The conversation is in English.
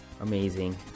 Amazing